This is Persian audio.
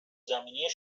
زمینی